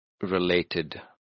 related